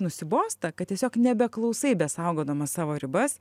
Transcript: nusibosta kad tiesiog nebeklausai besaugodamas savo ribas